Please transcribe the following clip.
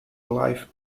life